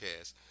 podcast